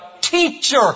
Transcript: teacher